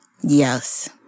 Yes